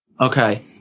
Okay